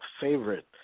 favorite